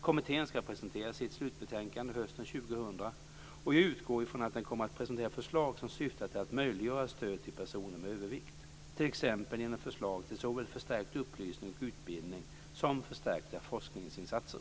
Kommittén ska presentera sitt slutbetänkande hösten 2000, och jag utgår ifrån att den kommer att presentera förslag som syftar till att möjliggöra stöd till personer med övervikt, t.ex. genom förslag till såväl förstärkt upplysning och utbildning som förstärkta forskningsinsatser.